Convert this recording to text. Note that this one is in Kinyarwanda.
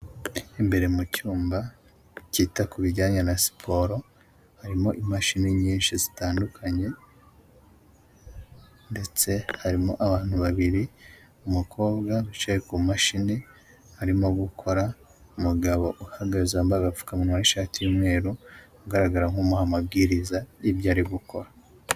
Imbere mu cyumba cyita ku bijyanye na siporo harimo imashini nyinshi zitandukanye ndetse harimo abantu babiri, umukobwa wicaye ku mashini arimo gukora, umugabo uhagaze wambaye agapfukamunwa n'ishati y'umweru ugaragara nk'umuha amabwiriza y'ibyo ari gukora.